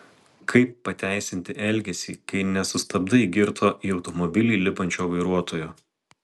kaip pateisinti elgesį kai nesustabdai girto į automobilį lipančio vairuotojo